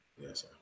yes